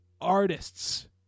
artists